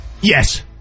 Yes